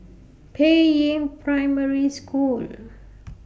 Peiying Primary School